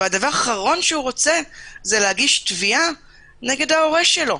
והדבר האחרון שהוא רוצה זה להגיש תביעה נגד ההורה שלו.